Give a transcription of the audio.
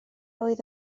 oedd